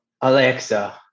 Alexa